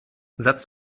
satz